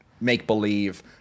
make-believe